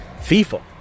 fifa